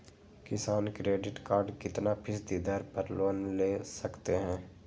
किसान credit card कितना फीसदी दर पर लोन ले सकते हैं?